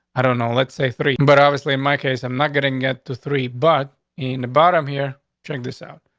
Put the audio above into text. i don't know, let's say three, and but obviously, in my case, i'm not getting get to three, but in the bottom here, check this out.